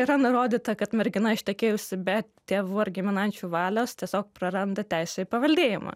yra nurodyta kad mergina ištekėjusi be tėvų ar giminaičių valios tiesiog praranda teisę į paveldėjimą